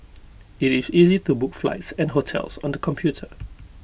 IT is easy to book flights and hotels on the computer